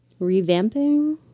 Revamping